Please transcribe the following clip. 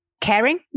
caring